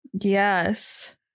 Yes